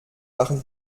waren